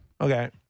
Okay